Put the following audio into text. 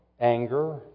anger